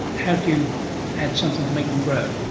how do you add something to make them grow?